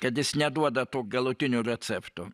kad jis neduoda to galutinio recepto